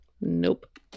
Nope